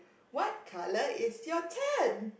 what color is your tent